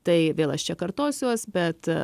tai vėl aš čia kartosiuos bet